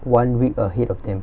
one week ahead of them